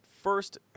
First